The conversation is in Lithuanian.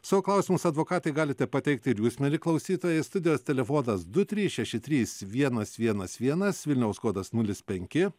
savo klausimus advokatei galite pateikti ir jūs mieli klausytojai studijos telefonas du trys šeši trys vienas vienas vienas vilniaus kodas nulis penki